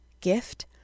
gift